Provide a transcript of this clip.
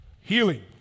Healing